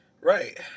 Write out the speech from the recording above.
Right